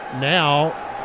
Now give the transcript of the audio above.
Now